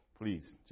Please